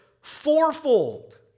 fourfold